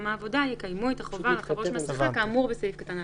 העבודה יקיימו את החובה לחבוש מסיכה באמור בסעיף קטן (א).